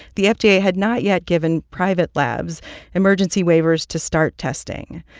the fda had not yet given private labs emergency waivers to start testing,